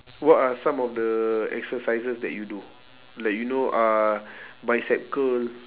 what are some of the exercises that you do like you know uh bicep curl